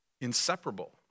inseparable